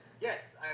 Yes